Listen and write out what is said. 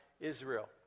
Israel